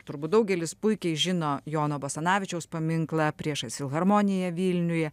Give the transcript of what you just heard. turbūt daugelis puikiai žino jono basanavičiaus paminklą priešais filharmoniją vilniuje